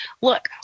look